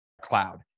cloud